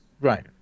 Right